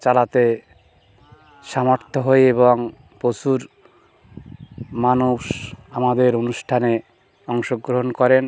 চালাতে সামর্থ্য হই এবং প্রচুর মানুষ আমাদের অনুষ্ঠানে অংশগ্রহণ করেন